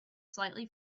slightly